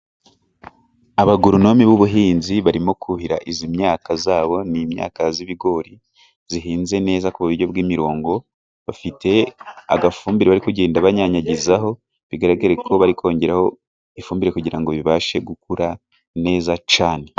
Abagoronomi b'ubuhinzi barimo kuhira izi myaka zabo n'imyaka z'ibigori zihinze neza ku buryo bw'imirongo, bafite agafumbire bari kugenda banyanyagizaho bigaragareko bari kongeraho ifumbire kugira ngo bibashe gukura neza cyane.